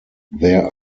there